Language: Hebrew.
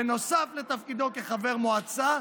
בנוסף לתפקידו כחבר מועצה,